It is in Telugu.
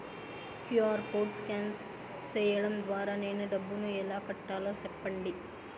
క్యు.ఆర్ కోడ్ స్కాన్ సేయడం ద్వారా నేను డబ్బును ఎలా కట్టాలో సెప్పండి?